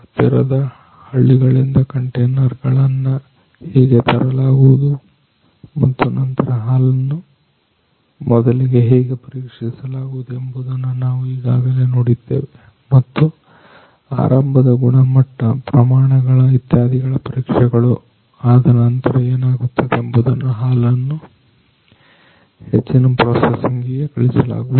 ಹತ್ತಿರದ ಹಳ್ಳಿಗಳಿಂದ ಕಂಟೈನರ್ ಗಳನ್ನು ಹೇಗೆ ತರಲಾಗುವುದು ಮತ್ತು ನಂತರ ಹಾಲನ್ನ ಮೊದಲಿಗೆ ಹೇಗೆ ಪರೀಕ್ಷಿಸಲಾಗುವುದು ಎಂಬುದನ್ನುನಾವು ಈಗಾಗಲೇ ನೋಡಿದ್ದೇವೆ ಮತ್ತು ಆರಂಭದ ಗುಣಮಟ್ಟ ಪ್ರಮಾಣಗಳ ಇತ್ಯಾದಿಗಳ ಪರೀಕ್ಷೆಗಳು ಆದನಂತರ ಏನಾಗುತ್ತದೆ ಎಂದರೆ ಹಾಲನ್ನ ಹೆಚ್ಚಿನ ಪ್ರೋಸಸಿಂಗ್ ಗಾಗಿ ಕಳುಹಿಸಲಾಗುವುದು